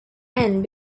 end